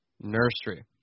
Nursery